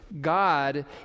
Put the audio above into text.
God